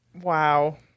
Wow